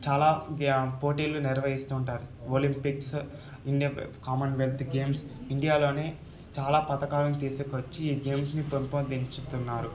చాలా ప్య పోటీలు నిర్వహిస్తు ఉంటారు Olympics Indian commonwealth games ఇండియాలోనే చాలా పథకాలను తీసుకొవచ్చి ఈ గేమ్స్ని పెంపొందించుచున్నారు